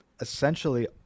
essentially